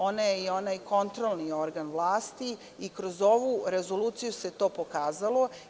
Ona je i onaj kontrolni organ vlasti i kroz ovu rezoluciju se to pokazalo.